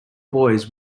boys